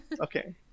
Okay